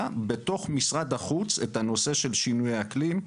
בתוך משרד החוץ את נושא שינויי האקלים.